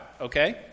okay